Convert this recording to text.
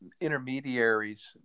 intermediaries